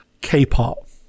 K-pop